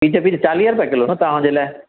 पीज़ पीज़ चालीह रुपिये किलो न तव्हांजे लाइ